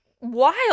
wild